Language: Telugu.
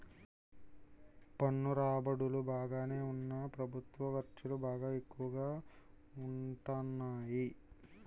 పన్ను రాబడులు బాగానే ఉన్నా ప్రభుత్వ ఖర్చులు బాగా ఎక్కువగా ఉంటాన్నాయి